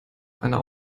einer